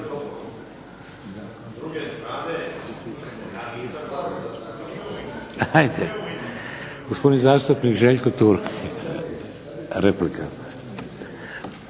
Hvala